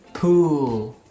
pool